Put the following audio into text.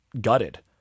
gutted